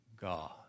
God